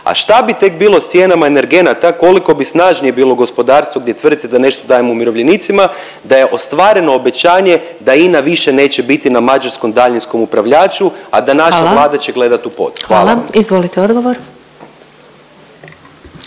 a šta bi tek bilo s cijenama energenata koliko bi snažnije bilo gospodarstvo gdje tvrdite da nešto dajemo umirovljenicima da je ostvareno obećanje da INA više neće biti na mađarskom daljinskom upravljaču, a da … …/Upadica Sabina Glasovac: Hvala./…